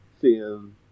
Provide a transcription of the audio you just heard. seeing